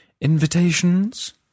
Invitations